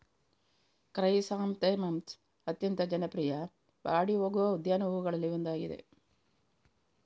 chrysanthemums ಅತ್ಯಂತ ಜನಪ್ರಿಯ ಬಾಡಿ ಹೋಗುವ ಉದ್ಯಾನ ಹೂವುಗಳಲ್ಲಿ ಒಂದಾಗಿದೆ